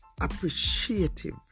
appreciative